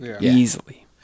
Easily